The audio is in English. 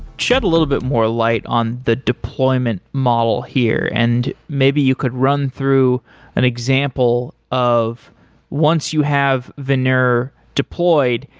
shed a little bit more light on the deployment model here, and maybe you could run through an example of once you have veneur deployed,